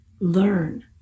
learn